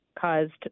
caused